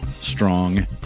strong